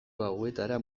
gauetara